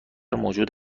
موجود